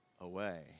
away